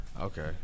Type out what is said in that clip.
Okay